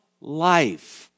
life